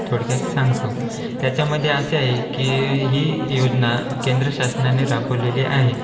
थोडक्यात सांगतो त्याच्यामध्ये असे आहे की ही योजना केंद्रशासनाने राबवलेली आहे